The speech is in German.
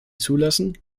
zulassen